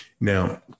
Now